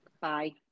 Bye